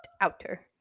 outer